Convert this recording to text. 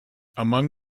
among